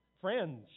Friends